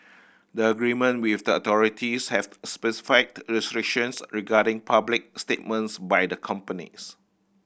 the agreement with the authorities have specific restrictions regarding public statements by the companies